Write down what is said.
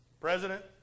President